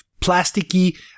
plasticky